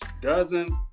dozens